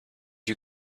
you